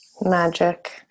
Magic